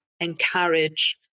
encourage